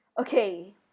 Okay